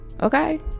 Okay